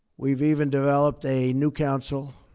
we've even developed a new council